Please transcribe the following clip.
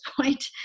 point